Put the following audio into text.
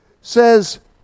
says